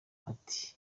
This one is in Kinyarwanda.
ati